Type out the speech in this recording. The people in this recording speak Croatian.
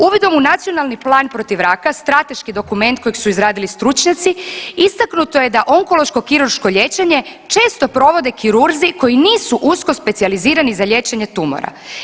Uvidom u Nacionalni plan protiv raka, strateški dokument kojeg su izradili stručnjaci, istaknuto je da onkološko kirurško liječenje često provode kirurzi koji nisu usko specijalizirani za liječenje tumora.